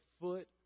foot